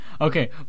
Okay